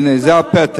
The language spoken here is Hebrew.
הנה, זה הפתק.